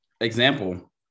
example